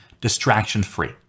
distraction-free